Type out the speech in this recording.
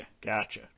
Gotcha